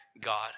God